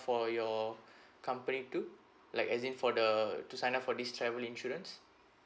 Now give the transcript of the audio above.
for your company too like as in for the to sign up for this travel insurance